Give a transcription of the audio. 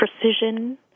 precision